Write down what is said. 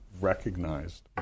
recognized